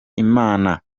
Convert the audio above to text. imana